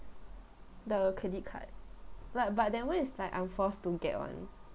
the credit card like but that one it's like I'm forced to get one